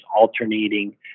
alternating